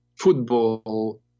football